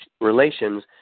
relations